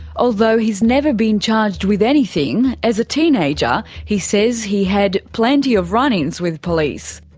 although he's never been charged with anything, as a teenager he says he had plenty of run-ins with police.